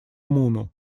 муну